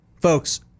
Folks